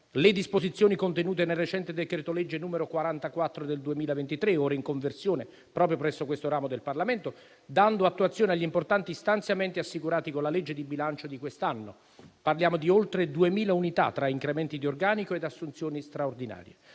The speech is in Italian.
le disposizioni contenute nel recente decreto-legge n. 44 del 2023, ora in conversione proprio presso questo ramo del Parlamento, dando attuazione agli importanti stanziamenti assicurati con la legge di bilancio di quest'anno. Parliamo di oltre 2.000 unità tra incrementi di organico ed assunzioni straordinarie.